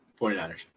49ers